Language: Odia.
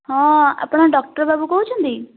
ହଁ ଆପଣ ଡକ୍ଟର ବାବୁ କହୁଛନ୍ତି